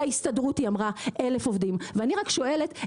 להסתדרות היא אמרה כ-1,000 עובדים ואני רק רוצה לשאול,